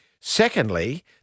Secondly